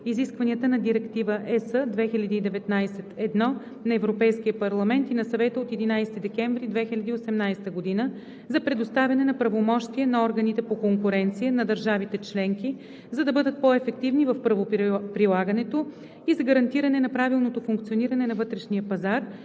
изискванията на Директива (ЕС) 2019/1 на Европейския парламент и на Съвета от 11 декември 2018 г. за предоставяне на правомощия на органите по конкуренция на държавите членки, за да бъдат по-ефективни в правоприлагането, и за гарантиране на правилното функциониране на вътрешния пазар